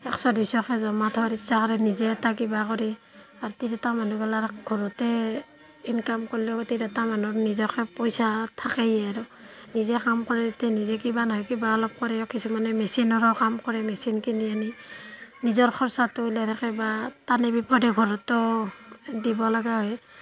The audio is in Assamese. একশ দুশকৈ জমা থোৱাৰ ইচ্ছা কৰে নিজে এটা কিবা কৰি বা তিৰোতা মানুহবিলাকৰ ঘৰতে ইনকাম কল্লিও তিৰোতা মানুহৰ নিজাকে পইচা থাকেই আৰু নিজে কাম কৰে যেতিয়া নিজে কিবা নহয় কিবা অলপ কৰে কিছুমানে মেচিনৰো কাম কৰে মেচিন কিনি আনি নিজৰ খৰ্ছাটো ওলেই ৰাখে বা টানে বিপদে ঘৰতো দিব লগা হয়